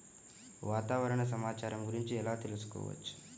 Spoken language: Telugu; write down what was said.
వాతావరణ సమాచారము గురించి ఎలా తెలుకుసుకోవచ్చు?